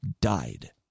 died